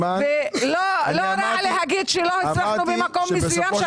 לא רע להגיד שלא הצלחנו במקום מסוים,